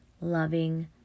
loving